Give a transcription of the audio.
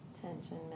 tension